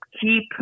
keep